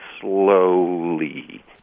slowly